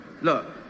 Look